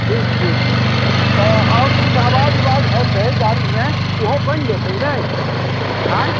ठीक ठीक तऽ आओर कुछ आवाज उवाज हेतै गाड़ी मे ओहो बनि जेतै ने आइ